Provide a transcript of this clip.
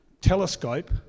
telescope